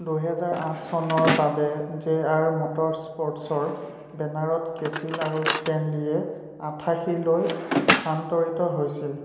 দুহেজাৰ আঠ চনৰ বাবে জে আৰ মটৰ স্প'ৰ্টছৰ বেনাৰত কেছিল আৰু ষ্টেনলিয়ে আঠাশীলৈ স্থানান্তৰিত হৈছিল